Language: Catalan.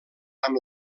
amb